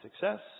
success